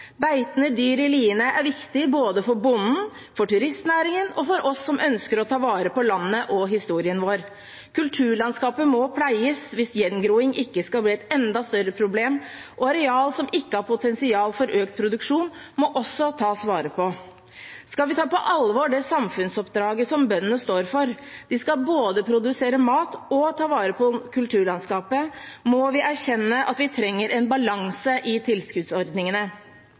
Beitende dyr i liene er viktig både for bonden, for turistnæringen og for oss som ønsker å ta vare på landet og historien vår. Kulturlandskapet må pleies hvis gjengroing ikke skal bli et enda større problem, og areal som ikke har potensial for økt produksjon, må også tas vare på. Skal vi ta på alvor det samfunnsoppdraget som bøndene har – de skal både produsere mat og ta vare på kulturlandskapet – må vi erkjenne at vi trenger en balanse i tilskuddsordningene.